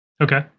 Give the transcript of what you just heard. Okay